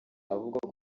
avuga